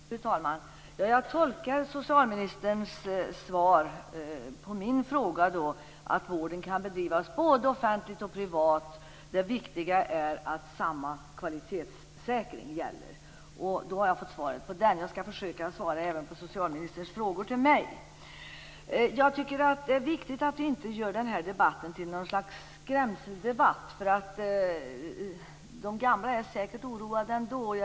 Fru talman! Jag tolkar socialministerns svar på min fråga så att vården kan bedrivas både offentligt och privat. Det viktiga är att samma kvalitetssäkring gäller. Då har jag fått svar på den frågan. Jag skall försöka att svara även på socialministerns frågor till mig. Det är angeläget att vi inte gör denna debatt till något slags skrämseldebatt. De gamla är säkert oroade ändå.